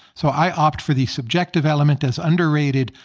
so i opt for the subjective element as underrated,